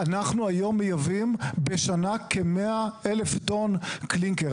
אנחנו היום מייבאים בשנה כ-100 אלף טון קלינקר,